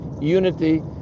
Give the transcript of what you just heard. unity